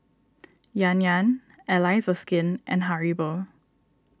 Yan Yan Allies so Skin and Haribo